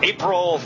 April